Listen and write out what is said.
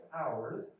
hours